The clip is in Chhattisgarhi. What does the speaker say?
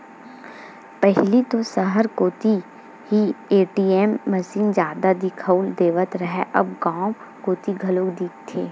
पहिली तो सहर कोती ही ए.टी.एम मसीन जादा दिखउल देवत रहय अब गांव कोती घलोक दिखथे